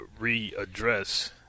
readdress